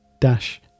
dash